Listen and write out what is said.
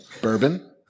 Bourbon